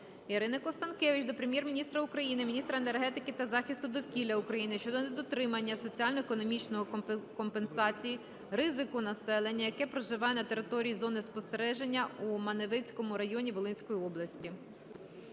Ірини Констанкевич до Прем'єр-міністра України, міністра енергетики та захисту довкілля України щодо недоотримання соціально-економічної компенсації ризику населення, яке проживає на території зони спостереження у Маневицькому районі Волинської області.